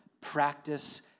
practice